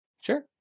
Sure